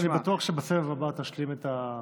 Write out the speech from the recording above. אני בטוח שבסבב הבא תשלים את התיאוריה.